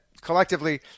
Collectively